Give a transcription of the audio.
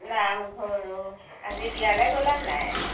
নামঘৰো আজি বিয়ালৈ গ'লা নে নাই